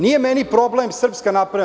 Nije meni problem SNS.